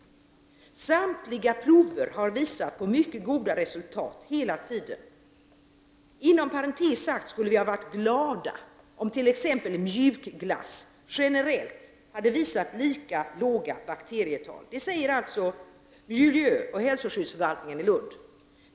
Samtliga prover har visat på mycket goda resultat hela tiden. Inom parentes sagt skulle vi ha varit glada om t.ex. mjukglass generellt hade visat lika låga bakterietal. Det säger alltså miljöoch hälsoskyddsförvaltningen i Lund.